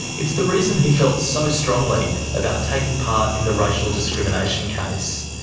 it's the reason he felt so strongly about taking part in the racial discrimination case.